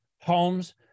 homes